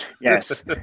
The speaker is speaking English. Yes